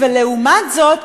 ולעומת זאת,